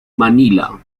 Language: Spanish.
manila